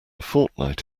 fortnight